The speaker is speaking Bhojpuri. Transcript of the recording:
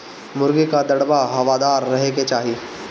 मुर्गी कअ दड़बा हवादार रहे के चाही